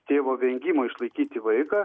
tėvo vengimo išlaikyti vaiką